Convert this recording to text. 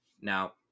Now